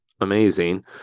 amazing